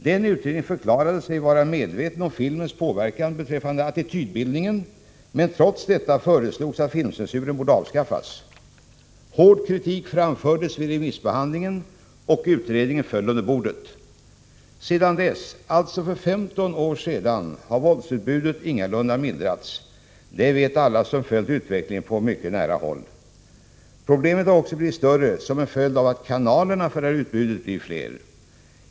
Den utredningen förklarade sig vara medveten om filmens påverkan beträffande attitydbildningen, men trots detta föreslogs att filmcensuren borde avskaffas. Hård kritik framfördes vid remissbehandlingen, och utredningen föll under bordet. Sedan dess — alltså för 15 år sedan — har våldsutbudet ingalunda mildrats. Det vet alla som följt utvecklingen på mycket nära håll. Problemet har också blivit större som en följd av att kanalerna för detta utbud blivit fler.